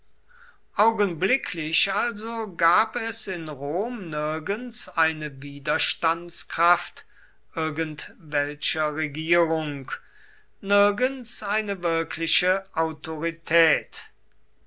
augenblicklich also gab es in rom nirgends eine widerstandskraft irgendwelcher regierung nirgends eine wirkliche autorität